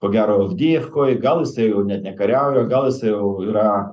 ko gero avdejevkoj gal jisai jau net nekariauja gal jisai jau yra